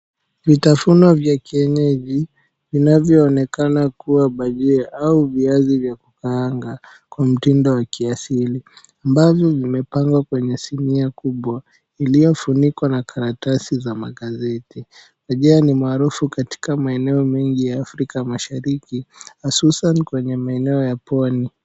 Vitafuno vya kienyeji vinavyoonekana kuwa bhajia au viazi vya kukaanga kwa mtindo wa kiasili, ambavyo vimepangwa kwenye sinia kubwa iliyofunikwa na karatasi za magazeti. Bhajia ni maarufu katika maeneo mengi ya Afrika mashariki hususan kwenye maeneo ya Pwani.